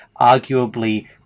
arguably